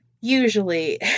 usually